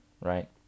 right